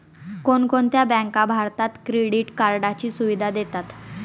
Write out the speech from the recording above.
कोणकोणत्या बँका भारतात क्रेडिट कार्डची सुविधा देतात?